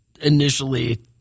initially